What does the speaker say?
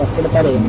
for the better